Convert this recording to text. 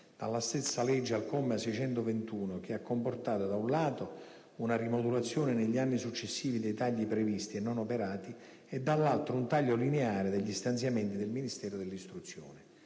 dalla stessa legge al comma 621 che ha comportato, da un lato una rimodulazione negli anni successivi dei tagli previsti e non operati e, dall'altro un taglio lineare degli stanziamenti del Ministero dell'istruzione.